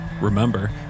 Remember